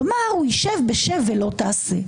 כלומר, הוא יהיה בשב ולא תעשה.